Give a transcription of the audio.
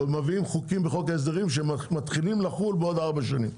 עוד מביאים חוקים בחוק ההסדרים שמתחילים לחול בעוד ארבע שנים.